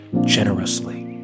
generously